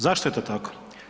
Zašto je to tako?